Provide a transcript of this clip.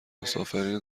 مسافرین